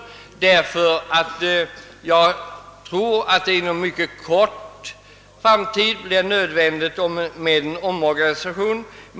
Med den erfarenhet som jag har av planärendenas behandling tror jag nämligen att det inom kort blir nödvändigt med en omorganisation.